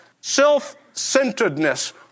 self-centeredness